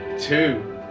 two